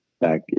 back